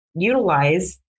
utilize